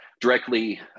directly